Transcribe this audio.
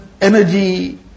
energy